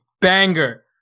banger